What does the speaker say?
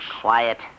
Quiet